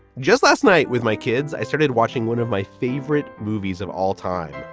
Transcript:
just last night with my kids, i started watching one of my favorite movies of all time.